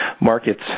markets